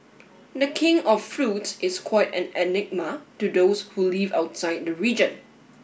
the King of Fruits is quite an enigma to those who live outside the region